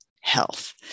health